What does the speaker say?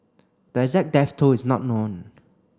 the exact death toll is not known